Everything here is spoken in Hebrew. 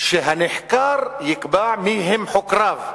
שהנחקר יקבע מי הם חוקריו.